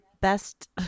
best